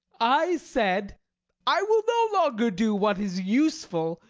i said i will no longer do what is useful.